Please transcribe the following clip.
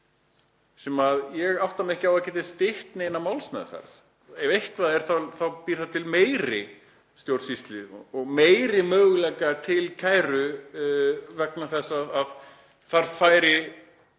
sem ég átta mig ekki á hvernig getur stytt neina málsmeðferð. Ef eitthvað er þá býr það til meiri stjórnsýslu og meiri möguleika til kæru vegna þess að þar færi